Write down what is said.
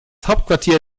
hauptquartier